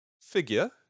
figure